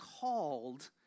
called